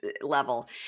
level